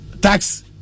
tax